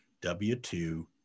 W-2